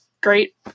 great